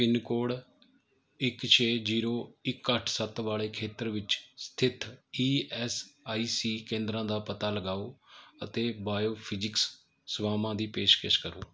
pin code ਇੱਕ ਛੇ zero ਇੱਕ ਅੱਠ ਸੱਤ ਵਾਲੇ ਖੇਤਰ ਵਿੱਚ ਸਥਿਤ ਈ ਐੱਸ ਆਈ ਸੀ ਕੇਂਦਰਾਂ ਦਾ ਪਤਾ ਲਗਾਓ ਅਤੇ ਬਾਇਓਫਿਜ਼ਿਕਸ ਸੇਵਾਵਾਂ ਦੀ ਪੇਸ਼ਕਸ਼ ਕਰੋ